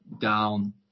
down